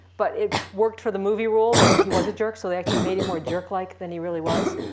but it worked for the movie role that he was a jerk, so they actually made him more jerk-like than he really was.